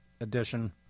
edition